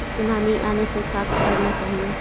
Tsunami आने से का करना चाहिए?